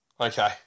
Okay